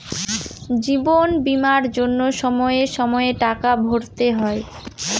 জীবন বীমার জন্য সময়ে সময়ে টাকা ভরতে হয়